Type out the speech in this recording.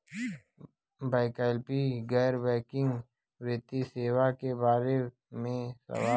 वैकल्पिक गैर बैकिंग वित्तीय सेवा के बार में सवाल?